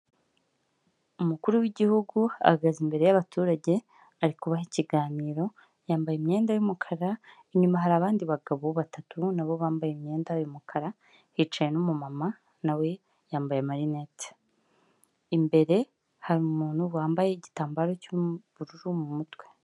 Umukuru w'igihugu ahagaze imbere y'abaturage ari kubaha ikiganiro yambaye imyenda y,umukara, inyuma hari abandi bagabo batatu nabo bambaye imyenda y'umukara hicaye n'umumama nawe yambaye amalinete, imbere hari umuntu wambaye igitambaro cy'ubururu mu mutwe.